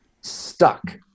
stuck